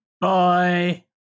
Bye